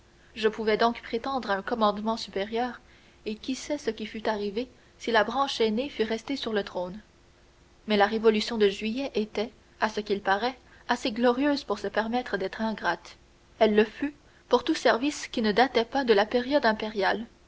je pouvais donc prétendre à un commandement supérieur et qui sait ce qui fût arrivé si la branche aînée fût restée sur le trône mais la révolution de juillet était à ce qu'il paraît assez glorieuse pour se permettre d'être ingrate elle le fut pour tout service qui ne datait pas de la période impériale